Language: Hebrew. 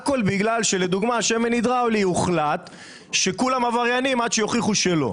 הכול כי שמן הידראולי למשל הוחלט שכולם עבריינים עד שיוכיחו שלא.